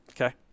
Okay